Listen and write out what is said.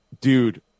Dude